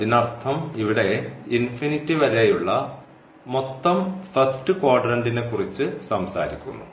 അതിനർത്ഥം ഇവിടെ വരെയുള്ള മൊത്തം ഫസ്റ്റ് ക്വാഡ്രന്റിനെക്കുറിച്ച് സംസാരിക്കുന്നു